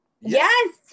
yes